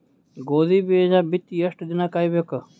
ಗೋಧಿ ಬೀಜ ಬಿತ್ತಿ ಎಷ್ಟು ದಿನ ಕಾಯಿಬೇಕು?